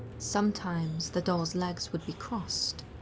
sometimes the doll's legs would be crossed.